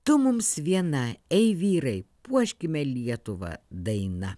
tu mums viena ei vyrai puoškime lietuvą daina